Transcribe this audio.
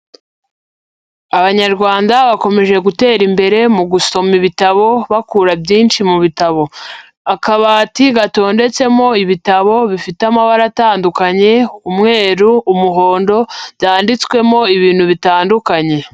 Abanyarwanda bakomeje gutera imbere mu gusoma ibitabo bakura byinshi mu bitabo, akabati gatondetsemo ibitabo bifite amabara atandukanye, umweru, umuhondo, byanditswemo ibintu bitandukanye.